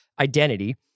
identity